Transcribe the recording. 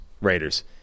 Raiders